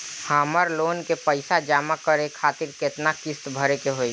हमर लोन के पइसा जमा करे खातिर केतना किस्त भरे के होई?